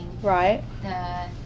Right